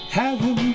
heaven